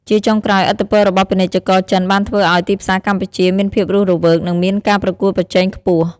ជាចុងក្រោយ ឥទ្ធិពលរបស់ពាណិជ្ជករចិនបានធ្វើឱ្យទីផ្សារកម្ពុជាមានភាពរស់រវើកនិងមានការប្រកួតប្រជែងខ្ពស់។